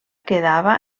quedava